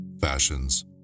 fashions